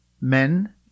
men